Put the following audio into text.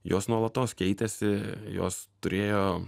jos nuolatos keitėsi jos turėjo